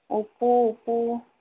Oppo Oppo